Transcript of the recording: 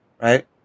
right